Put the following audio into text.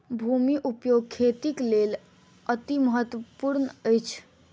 भूमि उपयोग खेतीक लेल अतिमहत्त्वपूर्ण अछि